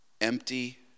Empty